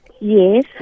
Yes